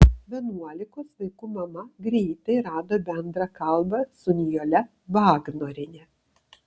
vienuolikos vaikų mama greitai rado bendrą kalbą su nijole vagnoriene